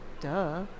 Duh